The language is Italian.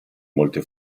molte